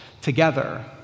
together